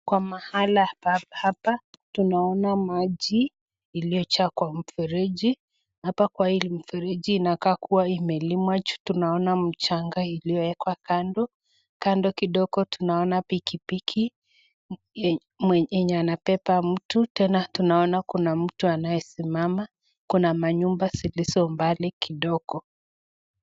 Kwa mahala hapa tunaona maji iliojaa kwa mfereji, hapa kwa mfereji inakaa kuwa imelimwa ju tunaona mchanga iliowekwa kando, kando kidogo tunaona pikipiki yenye anabeba mtu tena tunaona kuna mtu anaesimama kuna manyumba zilizo mbali kidogo.